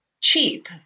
cheap